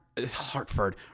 Hartford